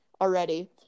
already